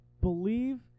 believe